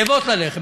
רעבות ללחם.